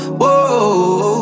whoa